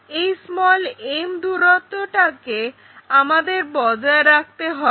এই m দূরত্বটাকে আমাদের বজায় রাখতে হবে